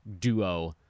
duo